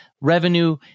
revenue